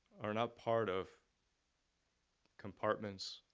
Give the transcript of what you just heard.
are not part of compartments,